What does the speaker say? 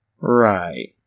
Right